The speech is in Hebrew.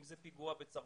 אם זה פיגוע בצרפת,